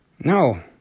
No